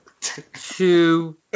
Two